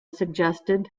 suggested